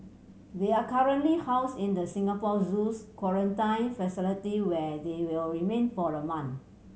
they are currently housed in the Singapore Zoo's quarantine facility where they will remain for a month